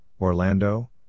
Orlando